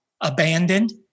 abandoned